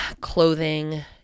clothing